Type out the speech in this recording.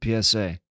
PSA